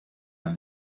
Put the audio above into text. when